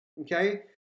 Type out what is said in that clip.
okay